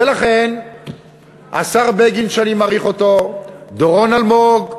ולכן השר בגין, שאני מעריך אותו, דורון אלמוג,